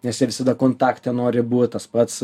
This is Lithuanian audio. nes jie visada kontakte nori būt tas pats